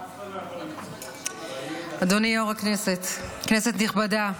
אדוני יו"ר הישיבה, כנסת נכבדה,